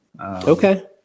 Okay